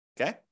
okay